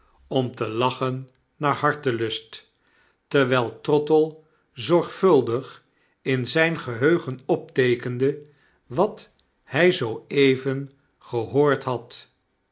om te lachen naar hartelust terwyl trottle zorgvuldig in zyn geheugen opteekende wat hy zoo even gehoord had